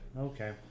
okay